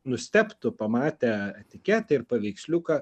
nustebtų pamatę etiketę ir paveiksliuką